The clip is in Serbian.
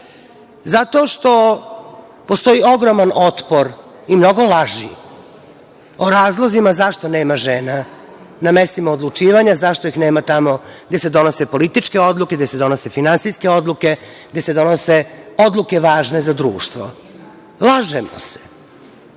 Zato što postoji ogroman otpor i mnogo laži o razlozima zašto nema žena na mestima odlučivanja, zašto ih nema tamo gde se donose političke odluke, gde se donose finansijske odluke, gde se donose odluke važne za društvo. Lažemo se,